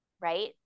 right